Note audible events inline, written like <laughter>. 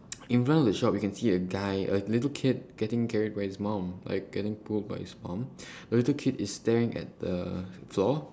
<noise> in front of the shop we can see a guy a little kid getting carried by his mom like getting pulled by his mom <breath> the little kid is staring at the floor